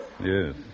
Yes